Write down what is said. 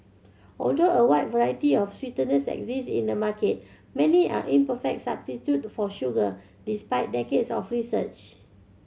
although a wide variety of sweeteners exist in the market many are imperfect substitute for sugar despite decades of research